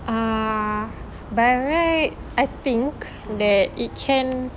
ah by right I think that it can